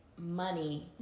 money